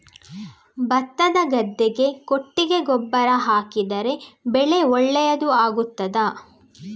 ಭತ್ತದ ಗದ್ದೆಗೆ ಕೊಟ್ಟಿಗೆ ಗೊಬ್ಬರ ಹಾಕಿದರೆ ಬೆಳೆ ಒಳ್ಳೆಯದು ಆಗುತ್ತದಾ?